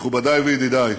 מכובדי וידידי,